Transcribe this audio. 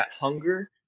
hunger